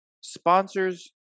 Sponsors